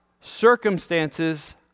circumstances